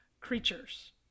creatures